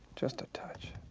just a touch.